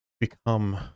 become